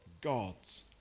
gods